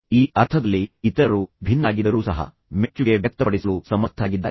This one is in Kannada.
ಈ ಅರ್ಥದಲ್ಲಿ ಇತರ ಜನರು ಭಿನ್ನರಾಗಿದ್ದರೂ ಸಹ ಅವರು ಮೆಚ್ಚುಗೆ ವ್ಯಕ್ತಪಡಿಸಲು ಸಮರ್ಥರಾಗಿದ್ದಾರೆ